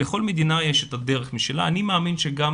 לכל מדינה יש דרך משלה ואני מאמין שגם